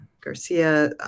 Garcia